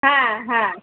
হ্যাঁ হ্যাঁ